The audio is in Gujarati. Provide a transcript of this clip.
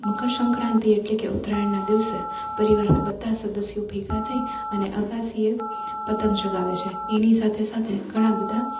મકર સંક્રાંતિ એટલે કે ઉત્તરાયણના દિવસે પરિવારના બધાં સદસ્યો ભેગા થઈ અને અગાશીએ પતંગ ચગાવે છે એની સાથે સાથે ઘણા બધા